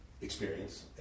experience